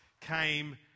came